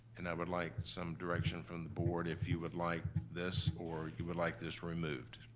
and i would like some direction from the board, if you would like this or you would like this removed.